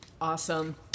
Awesome